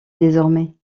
désormais